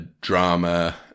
Drama